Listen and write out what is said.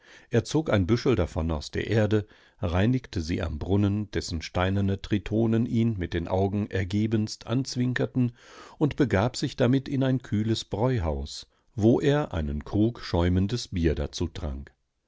er zog ein büschel davon aus der erde reinigte sie am brunnen dessen steinerne tritonen ihn mit den augen ergebenst anzwinkerten und begab sich damit in ein kühles bräuhaus wo er einen krug schäumendes bier dazu trank